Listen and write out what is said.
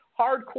hardcore